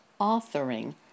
authoring